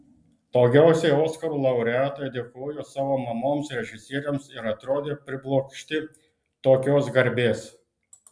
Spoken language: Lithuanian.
daugiausiai oskarų laureatai dėkojo savo mamoms režisieriams ir atrodė priblokšti tokios garbės